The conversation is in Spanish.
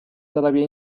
todavía